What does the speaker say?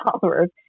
followers